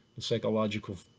the psychological